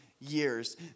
years